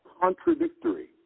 contradictory